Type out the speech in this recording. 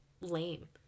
lame